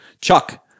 Chuck